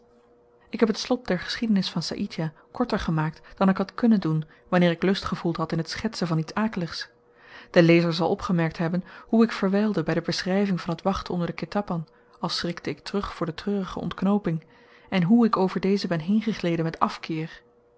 ik heb t slot der geschiedenis van saïdjah korter gemaakt dan ik had kunnen doen wanneer ik lust gevoeld had in t schetsen van iets akeligs de lezer zal opgemerkt hebben hoe ik verwylde by de beschryving van het wachten onder den ketapan als schrikte ik terug voor de treurige ontknooping en hoe ik over deze ben heengegleden met afkeer